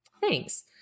Thanks